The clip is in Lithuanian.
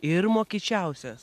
ir mokyčiausias